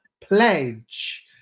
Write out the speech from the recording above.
pledge